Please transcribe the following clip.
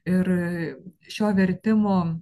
ir šio vertimo